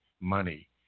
money